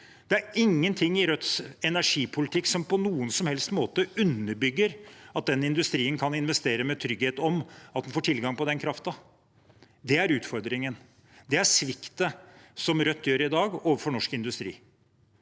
Det er ingenting i Rødts energipolitikk som på noen som helst måte underbygger at den industrien kan investere med trygghet for å få tilgang på den kraften. Det er utfordringen. Det er svikten i det Rødt gjør i dag overfor norsk industri.